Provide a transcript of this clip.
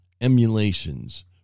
emulations